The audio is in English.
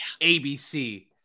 ABC